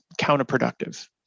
counterproductive